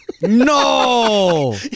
No